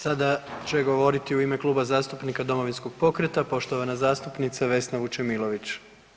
Sada će govoriti u ime Kluba zastupnika Domovinskog pokreta poštovana zastupnica Vesna Vučemilović.